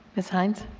ms. hynes.